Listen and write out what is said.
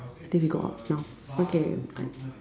I think we go out now okay bye